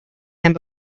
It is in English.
hand